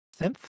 synth